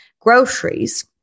groceries